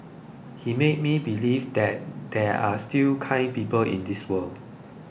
he made me believe that there are still kind people in this world